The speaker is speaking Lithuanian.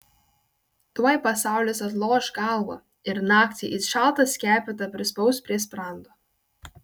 tuoj pasaulis atloš galvą ir naktį it šaltą skepetą prispaus prie sprando